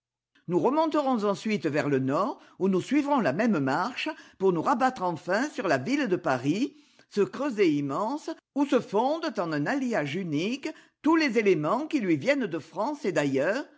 nous remonterons ensuite vers le nord où nous suivrons la même marche pour nous rabattre enfin sur la ville de paris ce creuset immense où se fondent en un alliage unique tous les éléments qui lui viennent de france et d'ailleurs